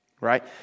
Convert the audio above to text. Right